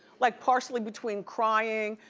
like partially between crying,